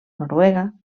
noruega